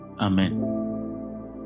Amen